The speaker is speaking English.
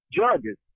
judges